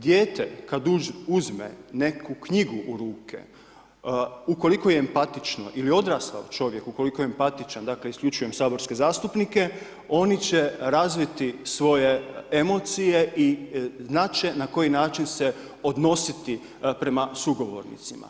Dijete kada uzme neku knjigu u ruke, ukoliko je empatično ili odrastao čovjek, ukoliko je empatičan, dakle isključujem saborske zastupnike oni će razviti svoje emocije i znati će na koji način se odnositi prema sugovornicima.